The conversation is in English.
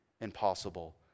impossible